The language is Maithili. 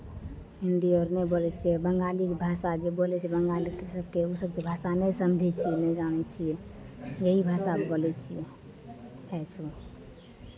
हिन्दी आओर नहि बोलै छियै बंगालिक भाषा जे बोलै छियै बंगालीक सभके ओ सभके भाषा नहि समझै छियै नहि जानै छियै यही भाषामे बोलै छियै छै छू